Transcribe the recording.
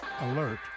Alert